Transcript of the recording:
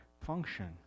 function